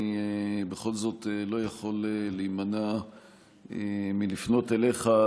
אני בכל זאת לא יכול להימנע מלפנות אליך,